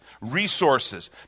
resources